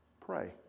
pray